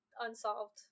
unsolved